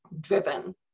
driven